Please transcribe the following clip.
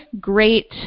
great